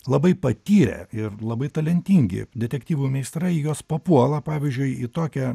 labai patyrę ir labai talentingi detektyvų meistrai į juos papuola pavyzdžiui į tokią